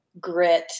grit